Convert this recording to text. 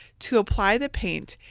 to apply the paint.